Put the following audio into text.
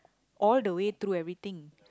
all the way through everything